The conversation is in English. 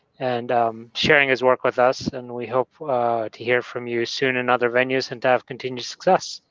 and sharing his work with us. and we hope to hear from you soon in other venues and to have continued success.